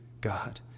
God